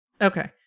Okay